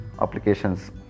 applications